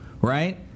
right